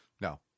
No